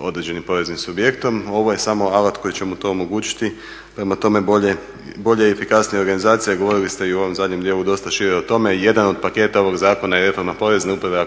određenim poreznim subjektom, ovo je samo alat koji će mu to omogućiti prema tome bolja i efikasnija organizacija, govorili ste i u ovom zadnjem dijelu dosta šire o tome. Jedan od paketa ovog zakona je reforma Porezne uprave,